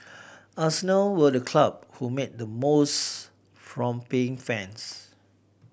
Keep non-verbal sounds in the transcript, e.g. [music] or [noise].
[noise] arsenal were the club who made the most from paying fans